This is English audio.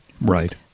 right